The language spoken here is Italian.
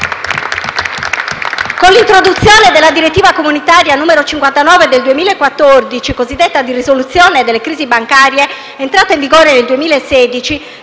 Con l'introduzione della direttiva comunitaria n. 59 del 2014, cosiddetta di risoluzione delle crisi bancarie, entrata in vigore nel 2016,